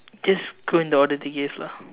just go in the order they give lah